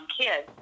kids